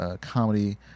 comedy